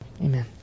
Amen